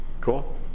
Cool